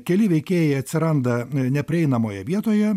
keli veikėjai atsiranda neprieinamoje vietoje